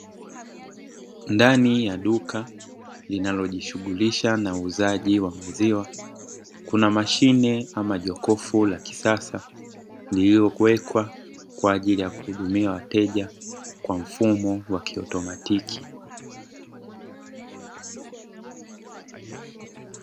Ndani ya duka linalojishughulisha na uuzaji wa maziwa, kuna mashine ama jokofu la kisasa nianze kuwekwa kwa ajili ya kuhudumia wateja kwa mfumo wa kiutomatiki.